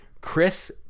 Chris